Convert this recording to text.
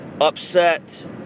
upset